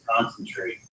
concentrate